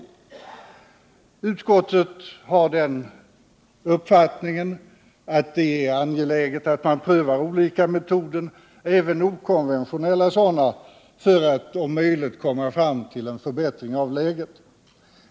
Utskottet har den uppfattningen att det är angeläget att man prövar olika metoder, även okonventionella sådana, för att om möjligt komma fram till en förbättring av läget.